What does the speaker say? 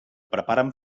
preparen